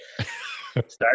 start